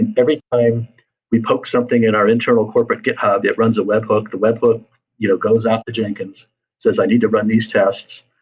and every time we poke something in our internal corporate github, it runs a web hook. the web hook you know goes after jenkins and says, i need to run these tests.